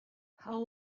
how